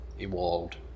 evolved